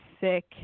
Sick